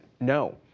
No